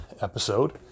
episode